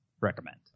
recommend